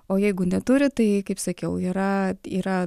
o jeigu neturi tai kaip sakiau yra yra